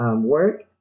work